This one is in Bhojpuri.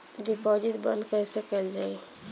डिपोजिट बंद कैसे कैल जाइ?